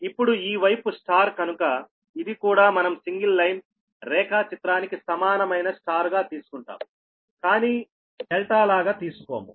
ఇప్పుడు ఈ వైపు Y కనుక ఇది కూడా మనం సింగిల్ లైన్ రేఖా చిత్రానికి సమానమైన Y గా తీసుకుంటాంకానీ ∆ లాగా తీసుకోము